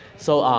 so, um